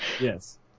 Yes